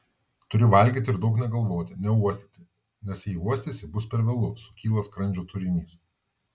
turi valgyti ir daug negalvoti neuostyti nes jei uostysi bus per vėlu sukyla skrandžio turinys